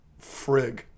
Frig